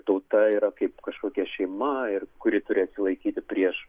tauta yra kaip kažkokia šeima ir kuri turi atsilaikyti prieš